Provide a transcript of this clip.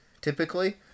typically